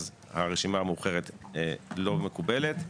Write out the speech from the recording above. אז הרשימה המאוחרת לא מקובלת,